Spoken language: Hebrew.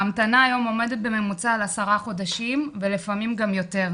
ההמתנה היום עומדת בממוצע על עשרה חודשים ולפעמים גם יותר,